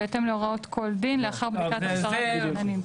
בהתאם להוראות כל דין לאחר בדיקת הכשרת הכוננים".